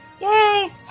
Yay